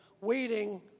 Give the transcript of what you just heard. waiting